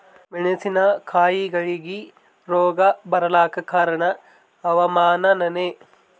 ಮೆಣಸಿನ ಕಾಯಿಗಳಿಗಿ ರೋಗ ಬಿಳಲಾಕ ಕಾರಣ ಹವಾಮಾನನೇ?